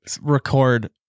record